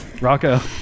Rocco